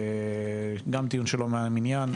גם דיון שלא מהמניין,